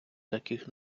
таких